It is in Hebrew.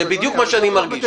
זה בדיוק מה שאני מרגיש.